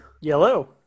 Yellow